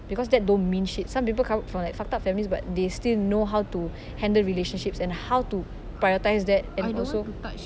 because that don't mean shit some people out from like fucked up families but they still know how to handle relationships and how to prioritise that and also